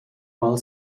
mal